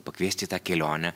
pakviesti į tą kelionę